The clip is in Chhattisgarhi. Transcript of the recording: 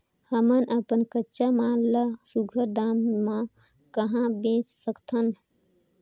हमन अपन कच्चा माल ल सुघ्घर दाम म कहा बेच सकथन?